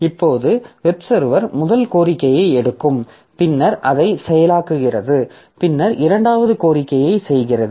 இப்போது web server முதல் கோரிக்கையை எடுக்கும் பின்னர் அதை செயலாக்குகிறது பின்னர் இரண்டாவது கோரிக்கைக்கு செல்கிறது